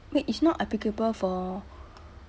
wait it's not applicable for